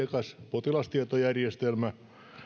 potilastietojärjestelmä